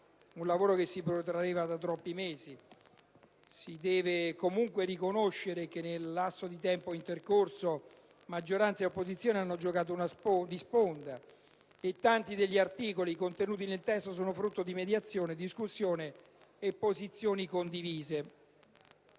un lavoro che si protraeva da troppi mesi. Si deve comunque riconoscere che, nel lasso di tempo intercorso, maggioranza e opposizione hanno giocato di sponda e che tanti degli articoli contenuti nel testo sono frutto di mediazione, discussione e posizioni condivise.